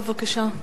בבקשה.